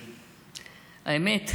האמת,